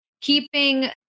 keeping